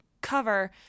cover